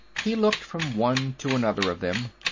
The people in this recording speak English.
he looked from one to another of them.